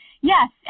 Yes